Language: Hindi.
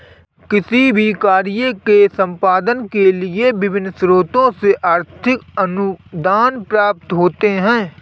किसी भी कार्य के संपादन के लिए विभिन्न स्रोतों से आर्थिक अनुदान प्राप्त होते हैं